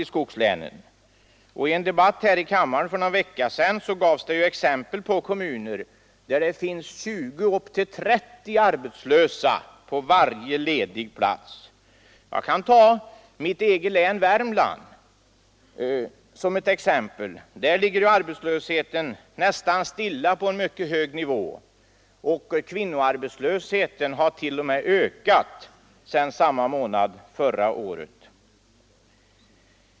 I en debatt här i kammaren för någon vecka sedan gavs det exempel på kommuner där det finns 20, ja ända upp till 30 arbetslösa på varje ledig plats. Jag kan ta mitt eget län Värmland som exempel. Där ligger arbetslösheten nästan stilla på en mycket hög nivå, och kvinnoarbetslösheten har t.o.m. ökat sedan motsvarande månad 1973.